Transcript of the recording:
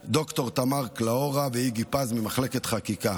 ד"ר תמר קלהורה ואיגי פז ממחלקת חקיקה.